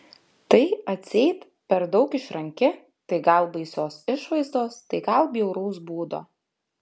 tai atseit per daug išranki tai gal baisios išvaizdos tai gal bjauraus būdo